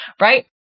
Right